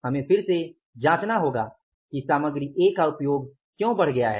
हमें इसे फिर से जांचना होगा कि सामग्री ए का उपयोग क्यों बढ़ गया है